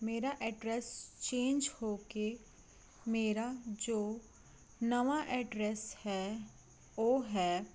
ਮੇਰਾ address change ਹੋ ਕੇ ਮੇਰਾ ਜੋ ਨਵਾਂ ਐਡਰੈਸ ਹੈ ਉਹ ਹੈ